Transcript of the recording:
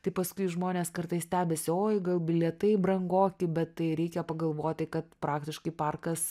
tai paskui žmonės kartais stebisi oi gal bilietai brangoki bet tai reikia pagalvoti kad praktiškai parkas